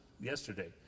yesterday